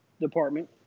department